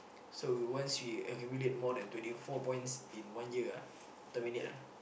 so once we we accumulate more than twenty four points in one year ah terminate ah